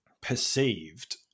perceived